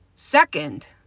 Second